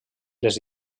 les